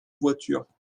voiture